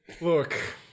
Look